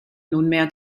nunmehr